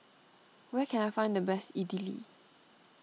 where can I find the best Idili